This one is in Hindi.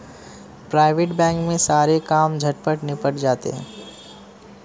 प्राइवेट बैंक में सारे काम झटपट निबट जाते हैं